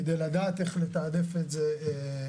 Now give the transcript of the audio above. כדי לדעת איך לתעדף את זה נכון.